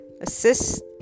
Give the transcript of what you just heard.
assist